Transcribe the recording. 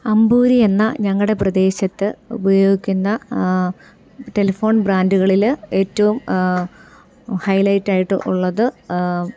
അമ്പൂരി എന്ന ഞങ്ങളുടെ പ്രദേശത്ത് ഉപയോഗിക്കുന്ന ടെലിഫോൺ ബ്രാൻഡുകളിൽ ഏറ്റവും ഹൈലൈറ്റ ആയിട്ടുള്ളത്